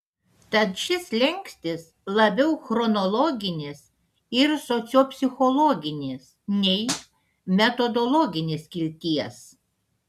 tad šis slenkstis labiau chronologinės ir sociopsichologinės nei metodologinės kilties